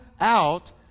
out